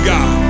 God